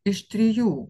iš trijų